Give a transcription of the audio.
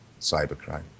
cybercrime